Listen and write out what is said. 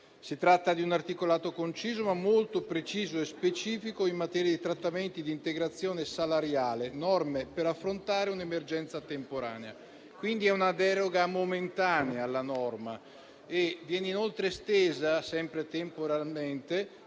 Si tratta di un articolato conciso, ma molto preciso e specifico in materia di trattamenti di integrazione salariale, norme per affrontare un'emergenza temporanea. Quindi è una deroga momentanea alla norma. Viene inoltre estesa, sempre temporalmente,